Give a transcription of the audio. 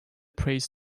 prays